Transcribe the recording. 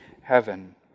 heaven